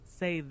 say